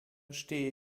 stehe